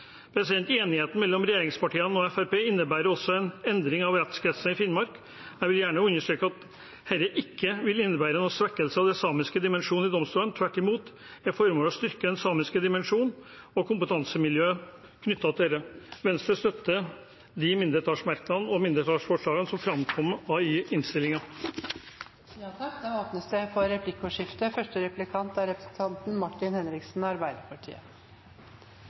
Enigheten mellom regjeringspartiene og Fremskrittspartiet innebærer også en endring av rettskretser i Finnmark. Jeg vil gjerne understreke at dette ikke vil innebære noen svekkelse av den samiske dimensjon i domstolen. Tvert imot er formålet å styrke den samiske dimensjonen og kompetansemiljøet knyttet til det. Venstre støtter de mindretallsmerknadene og mindretallsforslagene som framkommer i innstillingen. Det blir replikkordskifte. Dersom jeg sier at tilliten til at en Høyre-ledet regjering vil være en motmakt mot sentralisering, er